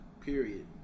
period